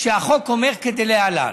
והחוק אומר כדלהלן,